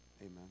amen